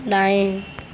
दाएं